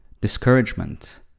discouragement